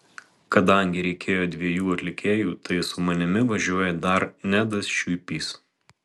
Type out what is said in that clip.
kadangi reikėjo dviejų atlikėjų tai su manimi važiuoja dar nedas šiuipys